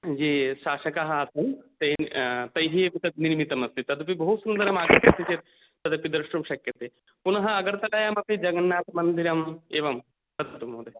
ये शासकाः आसन् ते तैः एतद् निर्मितम् अस्ति तदपि बहुसुन्दरम् आगच्छति चेत् तदपि द्रष्टुं शक्यते पुनः अगरतलायामपि जगन्नाथमन्दिरम् एवम् अस्तु महोदय